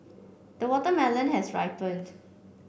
the watermelon has ripened